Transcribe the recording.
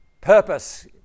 Purpose